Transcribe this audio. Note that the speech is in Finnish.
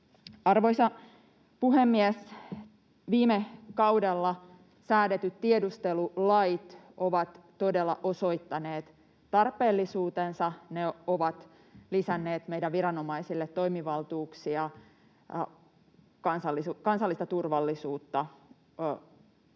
Arvoisa puhemies! Viime kaudella säädetyt tiedustelulait ovat todella osoittaneet tarpeellisuutensa. Ne ovat lisänneet meidän viranomaisille toimivaltuuksia, joiden avulla